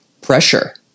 pressure